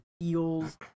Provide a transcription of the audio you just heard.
feels